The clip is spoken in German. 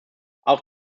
auch